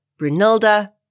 Brunilda